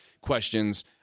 questions